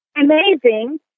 amazing